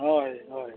ᱦᱳᱭ ᱦᱳᱭ